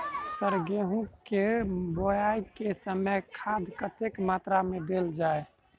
Sir गेंहूँ केँ बोवाई केँ समय केँ खाद कतेक मात्रा मे देल जाएँ?